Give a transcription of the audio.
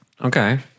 Okay